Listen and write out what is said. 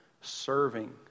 serving